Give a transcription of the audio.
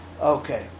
Okay